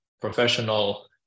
professional